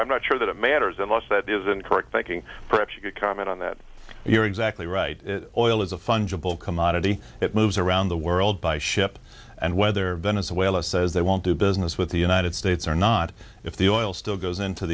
i'm not sure that it matters unless that is incorrect thinking perhaps you could comment on that you're exactly right all is a fungible commodity that moves around the world by ship and whether venezuela says they won't do business with the united states or not if the oil still goes into